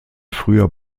früher